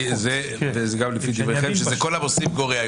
וגם לדבריכם: "כל המוסיף גורע".